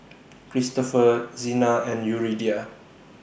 Christopher Zina and Yuridia